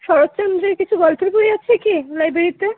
শরৎচন্দ্রের কিছু গল্পের বই আছে কি লাইব্রেরীতে